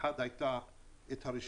היו את הרישיונות.